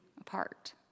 apart